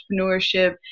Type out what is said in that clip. entrepreneurship